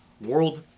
world